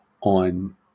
on